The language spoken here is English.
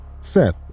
Seth